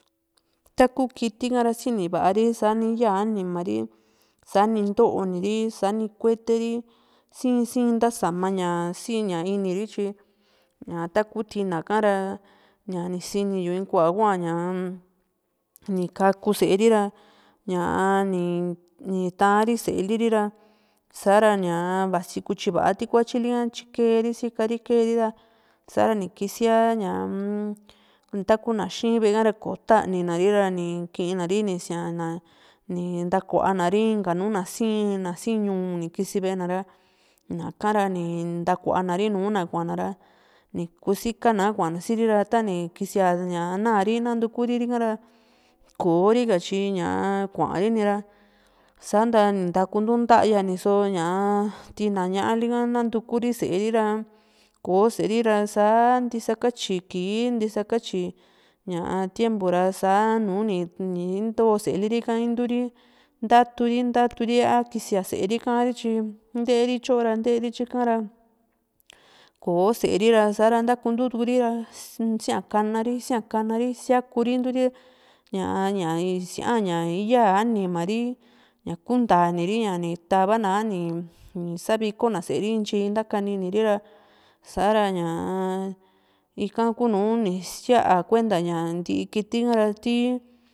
taku kitika ra sini vari sani yaa anima ri sani ntooni ri sani kuete ri sìin sìin ntasama ña sinunu ri tyi ña tkaku tinaka ra ñaa nisiniyu in kua hua ñaam ni kaku séeri ra ñaa ni ni tari séeliri ra sa´ra ñaa vasi ku tyiva ti kuatyili´a tyi keeri sikari tyi keeri ra sa´ra ni kisiaa ñaam ntaukuna xìin ve´e hara ko taninari ra ni kii na ri ni sìa na ni ntakuana ri nu inka na sii´n ñuu nikisi ve´e na´ra ñakara ni ntakuanari nuna kua´nara ni kusikana a kuana siri ra tani kisìa ña naari nandukuri rika koo rika tyi ñaa kuaarini ra san´ta ni natukuntu nta´yani so ñaa tina ñá´a likaa nanunturi séeri ra koo séeri ra saa ntisakatyi kii ntisakatyi ña tiempo ra saa nuni ntoo séeli ri inturi ntatu ru ntatu ri a kiisía sée ri ka´ri tyi nteeri tyo ra nteeri tyika ra koo sée ri ra sa´ra ntakuntukuri ra síakana ri síakana ri síakuri inturi ña ñá sia´n ña yaa anima ri ñakuntaniri nii tavana ani ni savilko na sée ri intyi ntakaniniri ra sa´ra ña ika kuunu ni sia kuenta ña ntii kiti kara ti